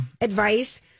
Advice